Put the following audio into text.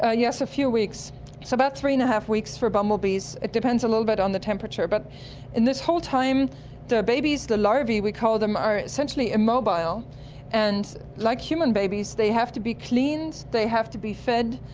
ah yes, a few weeks, so about three. and five weeks for bumblebees, it's depends a little bit on the temperature. but in this whole time the babies, the larvae we call them, are essentially immobile and like human babies they have to be cleaned, they have to be fed,